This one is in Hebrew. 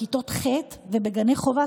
התחלנו את זה בכיתות ח' ובגני חובה.